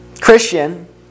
Christian